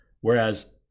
whereas